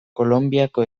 kolonbiako